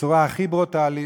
בצורה הכי ברוטלית,